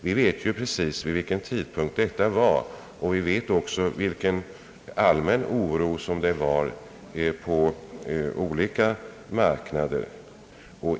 Vi vet precis vilken tidpunkt det gällde och vilken allmän oro som rådde på olika marknader i samband med devalveringen.